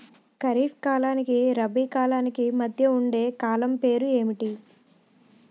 ఖరిఫ్ కాలానికి రబీ కాలానికి మధ్య ఉండే కాలం పేరు ఏమిటి?